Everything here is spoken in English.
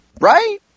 right